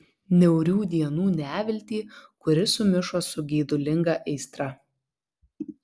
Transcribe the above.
niaurių dienų neviltį kuri sumišo su geidulinga aistra